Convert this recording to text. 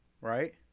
right